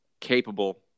capable